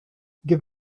give